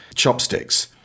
Chopsticks